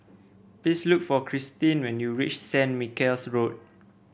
please look for Christin when you reach St Michael's Road